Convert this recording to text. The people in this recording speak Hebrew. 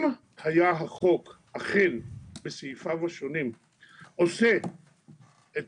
אם היה החוק אכן בסעיפיו השונים עושה את